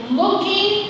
looking